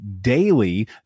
daily